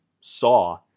saw